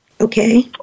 Okay